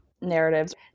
narratives